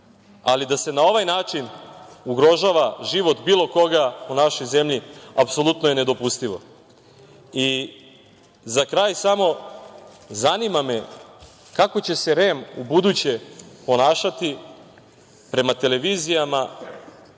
ali da se na ovaj način ugrožava život bilo koga u našoj zemlji, apsolutno je nedopustivo.Za kraj samo, zanima me kako će se REM u buduće ponašati prema televizijama